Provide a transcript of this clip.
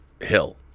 hill